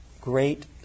great